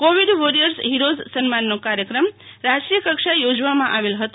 Covid warriors heroes સન્માનના કાર્યક્રમ રાષ્ટ્રીય કક્ષાએ યોજવામાં આવેલ હતો